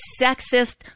sexist